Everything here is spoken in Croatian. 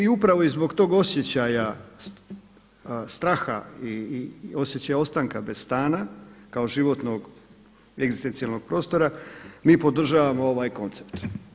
I upravo i zbog toga osjećaja straha i osjećaja ostanka bez stana kao životnog egzistencijalnog prostora mi podržavamo ovaj koncept.